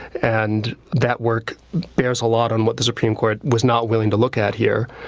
and that work bares a lot on what the supreme court was not willing to look at here.